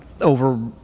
over